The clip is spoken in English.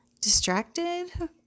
distracted